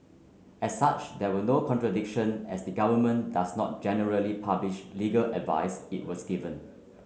as such there was no contradiction as the government does not generally publish legal advice it was given